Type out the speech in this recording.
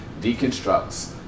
deconstructs